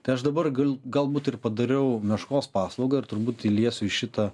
tai aš dabar gal galbūt ir padariau meškos paslaugą ir turbūt įliesiu į šitą